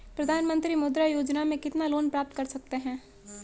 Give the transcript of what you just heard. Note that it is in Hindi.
प्रधानमंत्री मुद्रा योजना में कितना लोंन प्राप्त कर सकते हैं?